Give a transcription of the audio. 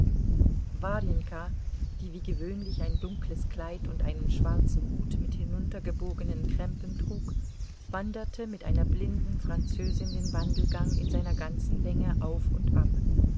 warjenka die wie gewöhnlich ein dunkles kleid und einen schwarzen hut mit hinuntergebogenen krempen trug wanderte mit einer blinden französin den wandelgang in seiner ganzen länge auf und ab